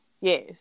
Yes